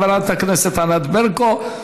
חברת הכנסת ענת ברקו.